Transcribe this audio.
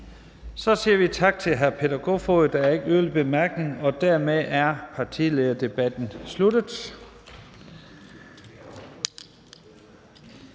Så siger vi tak til hr. Peter Kofod. Der er ikke flere korte bemærkninger. Og dermed er partilederdebatten sluttet.